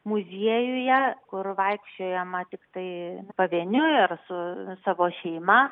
muziejuje kur vaikščiojama tiktai pavieniui ar su savo šeima